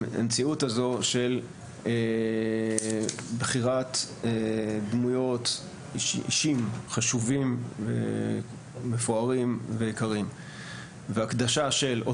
המציאות הזו של בחירת אישים חשובים ומפוארים ויקרים והקדשה של או